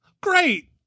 Great